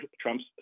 Trump's